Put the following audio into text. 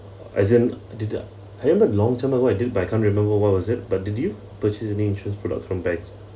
as in th~ the I remember long term about but I can't remember what what was it but did you purchase an insurance product from banks